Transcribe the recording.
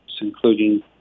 including